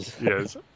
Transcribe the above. Yes